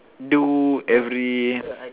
do every